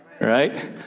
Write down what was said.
Right